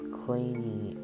cleaning